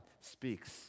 speaks